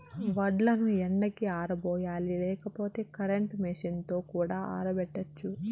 వడ్లను ఎండకి ఆరబోయాలి లేకపోతే కరెంట్ మెషీన్ తో కూడా ఆరబెట్టచ్చు